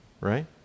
right